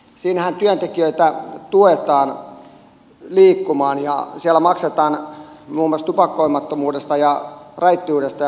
siellähän työntekijöitä tuetaan liikkumaan ja siellä maksetaan muun muassa tupakoimattomuudesta ja raittiudesta ja kuntoilusta